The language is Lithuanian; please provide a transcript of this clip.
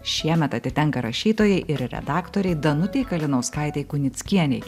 šiemet atitenka rašytojai ir redaktorei danutei kalinauskaitei kunickienei